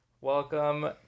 welcome